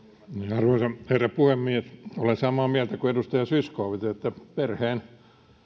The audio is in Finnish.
arvoisa herra puhemies olen samaa mieltä kuin edustaja zyskowicz että perheen